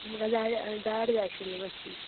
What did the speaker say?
म्हाका जाड जाड जाय आशिल्ली मात्शी